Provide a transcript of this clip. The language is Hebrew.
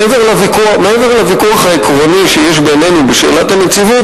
מעבר לוויכוח העקרוני שיש בינינו בשאלת הנציבות,